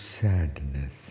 sadness